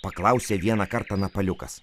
paklausė vieną kartą napaliukas